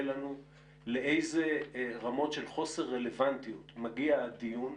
לנו לאיזה רמות של חוסר רלוונטיות מגיע הדיון,